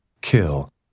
Kill